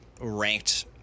ranked